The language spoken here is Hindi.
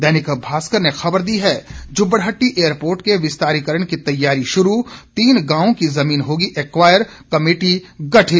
दैनिक भास्कर ने खबर दी है जुब्बड्हट्टी एयरपोर्ट के विस्तारीकरण की तैयारी शुरू तीन गांवों की जमीन होगी एक्वायर कमेटी गठित